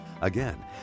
Again